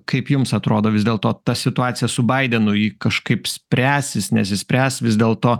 kaip jums atrodo vis dėlto ta situacija su baidenu ji kažkaip spręsis nesispręs vis dėlto